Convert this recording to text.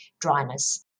dryness